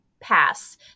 pass